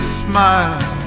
smile